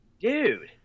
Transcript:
Dude